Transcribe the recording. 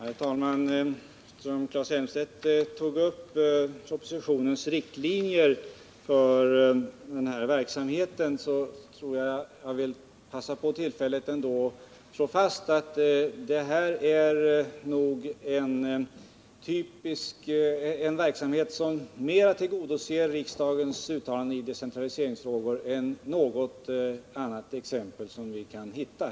Herr talman! Eftersom Claes Elmstedt tog upp propositionens riktlinjer för den här verksamheten vill jag passa på tillfället att slå fast att detta är ett exempel på en verksamhet som mer tillgodoser riksdagens uttalanden i decentraliseringsfrågor än något annat exempel som vi kan hitta.